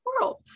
world